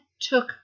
took